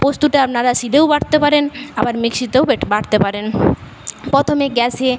পোস্তটা আপনারা শিলেও বাটতে পারেন আবার মিক্সিতেও বাটতে পারেন প্রথমে গ্যাসে